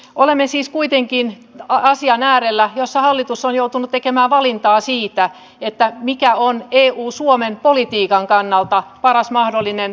olemme siis kuitenkin sellaisen asian äärellä jossa hallitus on joutunut tekemään valintaa siitä mikä on eu suomen politiikan kannalta paras mahdollinen kokonaisvaltainen ratkaisu